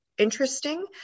interesting